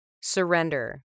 surrender